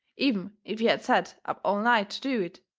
even if he had set up all night to do it.